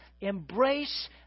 Embrace